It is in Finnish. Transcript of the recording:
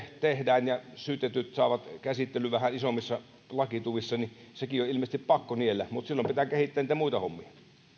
tehdään ja syytetyt saavat käsittelyn vähän isommissa lakituvissa on ilmeisesti pakko niellä mutta silloin pitää kehittää niitä muita hommia